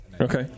Okay